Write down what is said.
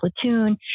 platoon